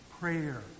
Prayer